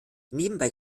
nebenbei